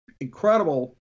incredible